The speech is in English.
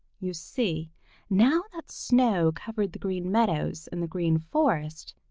you see now that snow covered the green meadows and the green forest,